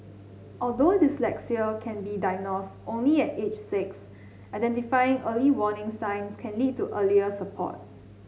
although dyslexia can be diagnosed only at age six identifying early warning signs can lead to earliest support